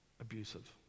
abusive